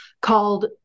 called